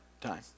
time